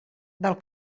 del